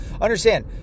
understand